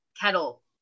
kettle